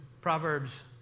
Proverbs